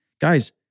guys